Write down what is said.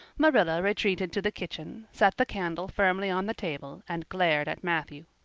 marilla retreated to the kitchen, set the candle firmly on the table, and glared at matthew.